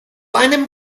einem